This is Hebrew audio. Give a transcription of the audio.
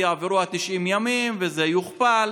כי יעברו 90 ימים וזה יוכפל.